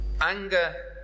Anger